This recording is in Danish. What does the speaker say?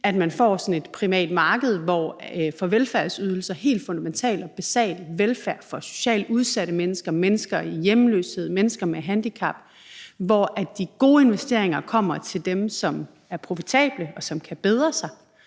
at man får sådan et privat marked for velfærdsydelser – helt fundamental og basal velfærd for socialt udsatte mennesker, mennesker i hjemløshed, mennesker med handicap – hvor de gode investeringer kommer til de projekter, som er profitable, og som kan bedre sig,